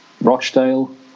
Rochdale